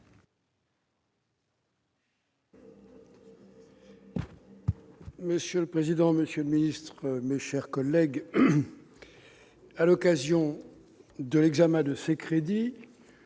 Monsieur le président, monsieur le ministre, mes chers collègues, à l'occasion de l'examen des crédits